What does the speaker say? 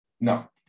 No